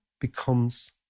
becomes